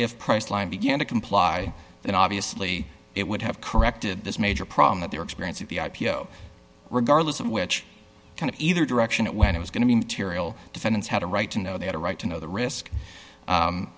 if priceline began to comply then obviously it would have corrected this major problem that their experience of the i p o regardless of which kind of either direction it when it was going to be material defendants had a right to know they had a right to know the risk